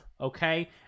okay